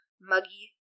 muggy